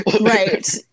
Right